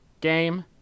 game